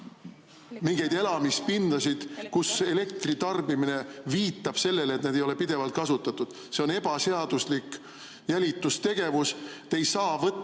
mingeid elamispindasid, kus elektri tarbimine viitab sellele, et need ei ole pidevalt kasutusel. See on ebaseaduslik jälitustegevus. Te ei saa võtta